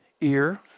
ear